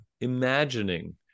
imagining